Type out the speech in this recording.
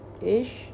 ish